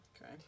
Okay